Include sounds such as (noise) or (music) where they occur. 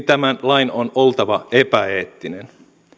(unintelligible) tämän lain on oltava epäeettinen